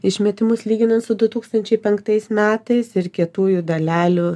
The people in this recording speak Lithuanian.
išmetimus lyginant su du tūkstančiai penktais metais ir kietųjų dalelių